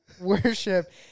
worship